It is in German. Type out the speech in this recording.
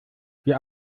wir